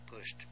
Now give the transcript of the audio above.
pushed